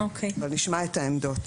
אבל נשמע את העמדות.